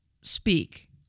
speak